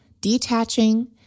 detaching